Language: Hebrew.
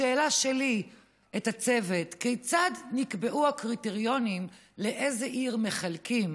לשאלה שלי לצוות: כיצד נקבעו הקריטריונים לאיזו עיר מחלקים,